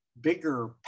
bigger